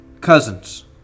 cousins